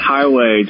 Highway